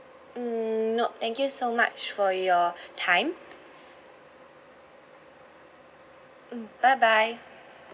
mm nope thank you so much for your time mm bye bye